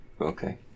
Okay